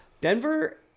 Denver